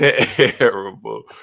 terrible